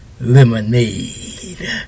lemonade